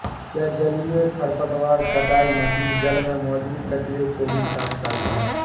क्या जलीय खरपतवार कटाई मशीन जल में मौजूद कचरे को भी साफ करता है?